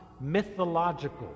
mythological